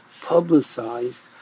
publicized